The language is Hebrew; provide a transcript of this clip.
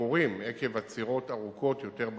מאיחורים עקב עצירות ארוכות יותר ברציפים.